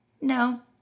no